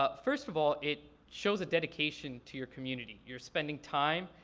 ah first of all it shows a dedication to your community. you're spending time,